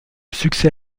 succès